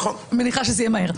אני מניחה שזה יקרה מהר.